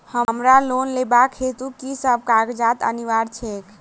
हमरा लोन लेबाक हेतु की सब कागजात अनिवार्य छैक?